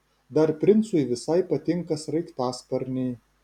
dar princui visai patinka sraigtasparniai